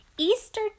Easter